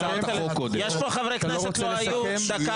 הצעת חוק הרשויות המקומיות (בחירות) (תיקון